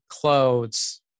clothes